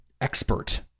expert